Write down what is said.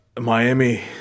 Miami